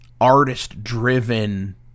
artist-driven